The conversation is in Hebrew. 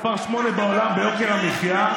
מס' 8 בעולם ביוקר המחיה.